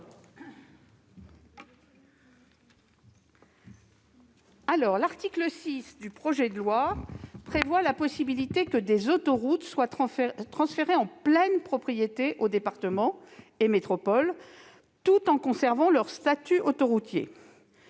L'article 6 prévoit la possibilité que des autoroutes soient transférées en pleine propriété aux départements et aux métropoles, tout en conservant leur statut autoroutier.